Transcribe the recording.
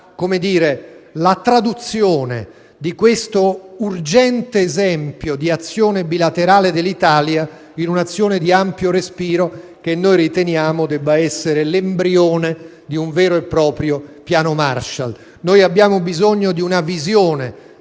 la traduzione di questo urgente esempio di azione bilaterale dell'Italia in un'azione di ampio respiro che riteniamo debba essere l'embrione di un vero e proprio piano Marshall. Abbiamo bisogno di una visione